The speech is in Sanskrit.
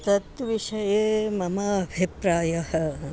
तत् विषये मम अभिप्रायः